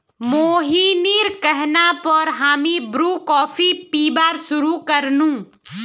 मोहिनीर कहना पर हामी ब्रू कॉफी पीबार शुरू कर नु